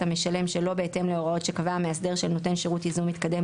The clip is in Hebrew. המשלם שלא בהתאם להוראות שקבע המאסדר של נותן שירות ייזום מתקדם